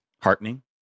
heartening